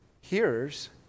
hearers